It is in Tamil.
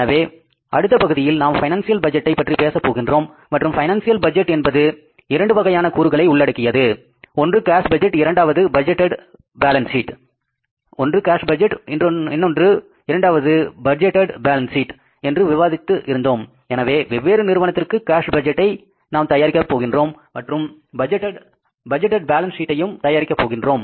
எனவே அடுத்த பகுதியில் நாம் பைனான்சியல் பட்ஜெட்டை பற்றி பேசப் போகின்றோம் மற்றும் பைனான்சியல் பட்ஜெட் என்பது இரண்டு வகையான கூறுகளை உள்ளடக்கியது ஒன்று கேஸ் பட்ஜெட் இரண்டாவது பட்ஜெட் பேலன்ஸ் ஷீட் என்று விவாதித்து இருந்தோம் எனவே வெவ்வேறு நிறுவனத்திற்கு கேஸ் பட்ஜெட்டை நாம் தயாரிக்க போகின்றோம் மற்றும் பட்ஜெட்டேட் பேலன்ஸ் சீட்டையும் தயாரிக்க போகின்றோம்